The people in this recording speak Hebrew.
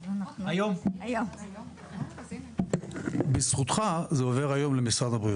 היום, בזכותך זה עובר היום למשרד הבריאות.